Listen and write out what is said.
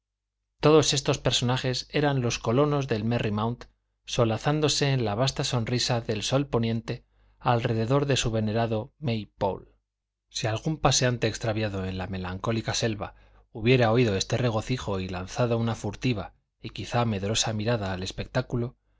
todos estos personajes eran los colonos de merry mount solazándose en la vasta sonrisa del sol poniente alrededor de su venerado may pole si algún paseante extraviado en la melancólica selva hubiera oído este regocijo y lanzado una furtiva y quizá medrosa mirada al espectáculo